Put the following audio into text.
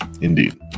Indeed